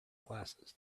glasses